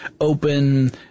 open